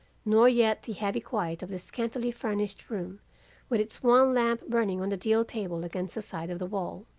nor yet the heavy quiet of the scantily-furnished room with its one lamp burning on the deal table against the side of the wall.